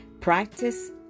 Practice